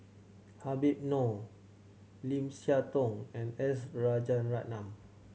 Habib Noh Lim Siah Tong and S Rajaratnam